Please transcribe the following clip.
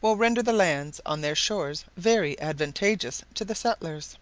will render the lands on their shores very advantageous to the settlers